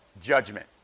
judgment